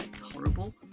horrible